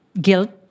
guilt